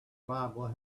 bible